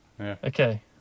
Okay